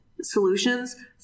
solutions